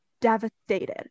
devastated